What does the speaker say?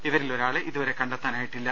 ഇവരിൽ ഒരാളെ ഇതുവരെ കണ്ടെത്താനായിട്ടില്ല